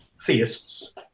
theists